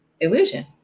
illusion